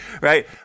right